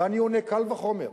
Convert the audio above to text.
ואני עונה: קל וחומר.